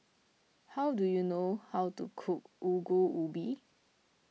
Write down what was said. how do you know how to cook Ongol Ubi